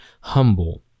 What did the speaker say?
humble